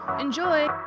Enjoy